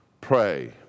Pray